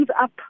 up